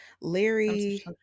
Larry